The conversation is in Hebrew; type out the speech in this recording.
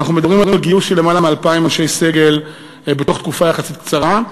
אנחנו מדברים על גיוס של למעלה מ-2,000 אנשי סגל בתוך תקופה יחסית קצרה.